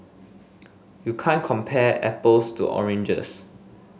you can't compare apples to oranges